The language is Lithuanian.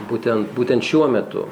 būtent būtent šiuo metu